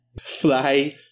Fly